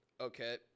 Okay